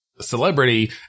celebrity